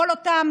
כל אותן